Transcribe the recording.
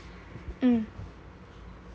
mm